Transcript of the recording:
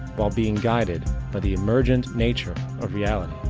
while being guided by the emergent nature of reality,